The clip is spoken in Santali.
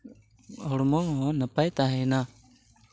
ᱦᱚᱲᱢᱚ ᱦᱚᱸ ᱱᱟᱯᱟᱭ ᱛᱟᱦᱮᱱᱟ